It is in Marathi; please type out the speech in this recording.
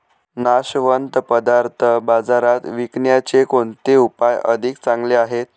नाशवंत पदार्थ बाजारात विकण्याचे कोणते उपाय अधिक चांगले आहेत?